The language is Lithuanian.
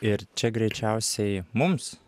ir čia greičiausiai mums